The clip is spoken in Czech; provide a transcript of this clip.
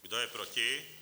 Kdo je proti?